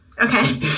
Okay